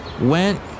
Went